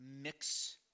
mix